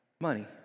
money